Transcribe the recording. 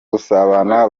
gusabana